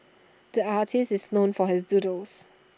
the artist is known for his doodles